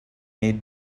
made